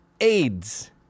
AIDS